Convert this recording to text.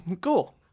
cool